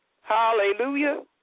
hallelujah